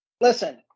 Listen